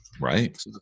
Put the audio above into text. Right